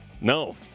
No